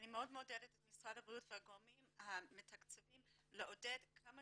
אני מאוד מעודדת את משרד הבריאות והגורמים המתקצבים לעודד כמה